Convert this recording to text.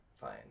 Fine